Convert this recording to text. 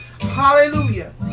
Hallelujah